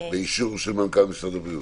באישור של מנכ"ל משרד הבריאות.